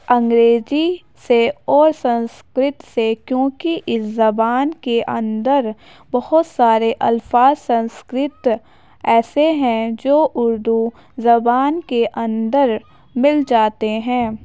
انگریزی سے اور سنسکرت سے کیونکہ اس زبان کے اندر بہت سارے الفاظ سنسکرت ایسے ہیں جو اردو زبان کے اندر مل جاتے ہیں